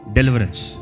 Deliverance